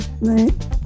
Right